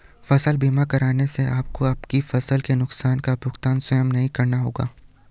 फसल बीमा कराने से आपको आपकी फसलों के नुकसान का भुगतान स्वयं नहीं करना होगा